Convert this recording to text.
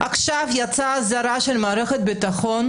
עכשיו יצאה אזהרה של מערכת הביטחון.